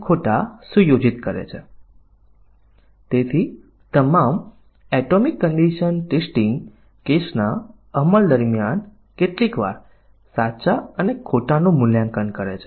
coverage આધારિત પરીક્ષણમાં આપણે કહ્યું છે કે આપણે પરીક્ષણના કેસો લખીએ છીએ કે જેમાં કેટલાક પ્રોગ્રામ એલિમેંટને આવરી લેવામાં આવે છે